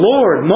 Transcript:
Lord